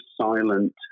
silent